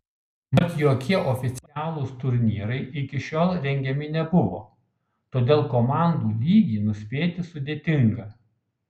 mat jokie oficialūs turnyrai iki šiol rengiami nebuvo todėl komandų lygį nuspėti sudėtinga